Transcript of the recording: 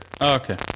Okay